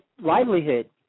livelihood